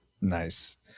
Nice